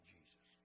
Jesus